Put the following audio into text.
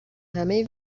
همه